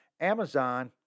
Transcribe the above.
Amazon